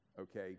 okay